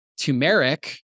turmeric